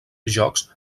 jocs